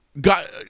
got